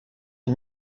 est